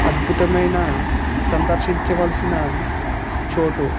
అద్భుతమైన సందర్శించవలసిన చోటు